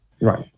Right